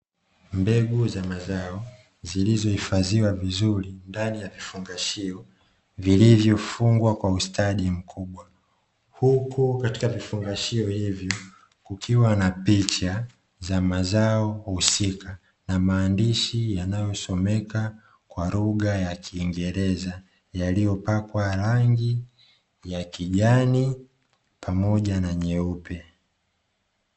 Mbegu za mazao zilizohifadhiwa vizuri ndani ya vifungashio vilivyofungwa kwa ustadi mkubwa. Huku katika vifungashio hivyo kukiwa na picha za mazao husika, na maandishi yanayosomeka kwa lugha ya kiingereza yaliyopakwa rangi ya kijani pamoja na nyeupe.